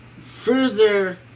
further